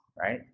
right